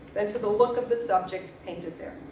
than to the look of the subject painted there.